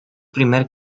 primer